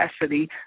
capacity